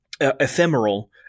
ephemeral